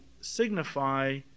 signify